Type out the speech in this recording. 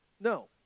No